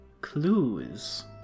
clues